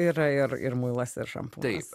yra ir ir muilas ir šampūnas